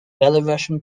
belarusian